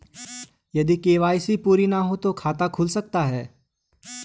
यदि के.वाई.सी पूरी ना हो तो खाता खुल सकता है?